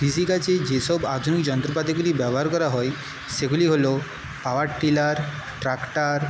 কৃষিকাজে যেসব আধুনিক যন্ত্রপাতিগুলি ব্যবহার করা হয় সেগুলি হল পাওয়ার টিলার ট্রাক্টর